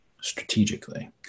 strategically